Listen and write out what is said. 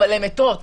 אבל הן מתות.